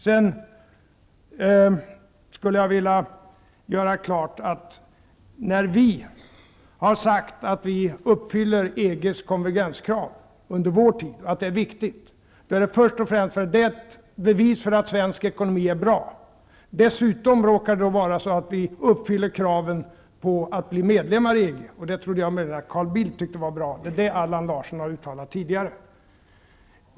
Sedan skulle jag vilja göra klart, att när vi under vår tid har sagt att vi uppfyller EG:s konvergenskrav och att det är viktigt, är det först och främst ett bevis för att svensk ekonomi är bra. Dessutom råkar det vara så att vi uppfyller kraven på att bli medlemmar i EG. Det trodde jag möjligen att Carl Bildt också tyckte var bra. Det var det Allan Larsson uttalade tidigare.